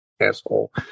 asshole